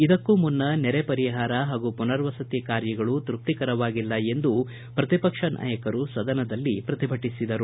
ಇದಕ್ಕೂ ಮುನ್ನ ನೆರೆ ಪರಿಹಾರ ಹಾಗೂ ಪುನರ್ವಸತಿ ಕಾರ್ಯಗಳು ತೃಪ್ತಿಕರವಾಗಿಲ್ಲ ಎಂದು ಪ್ರತಿಪಕ್ಷ ನಾಯಕರು ಸದನದಲ್ಲಿ ಪ್ರತಿಭಟಿಸಿದರು